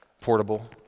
portable